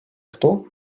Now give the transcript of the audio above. рту